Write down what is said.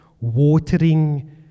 watering